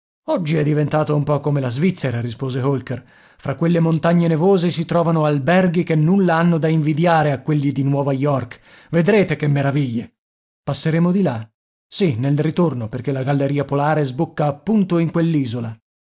oggi è diventata un po come la svizzera rispose holker fra quelle montagne nevose si trovano alberghi che nulla hanno da invidiare a quelli di nuova york vedrete che meraviglie passeremo di là sì nel ritorno perché la galleria polare sbocca appunto in